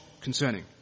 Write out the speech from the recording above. concerning